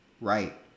right